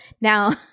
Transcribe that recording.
Now